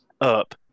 up